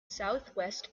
southwest